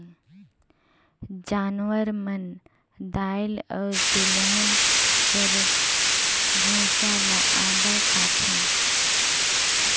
जानवर मन दाएल अउ तिलहन कर बूसा ल अब्बड़ खाथें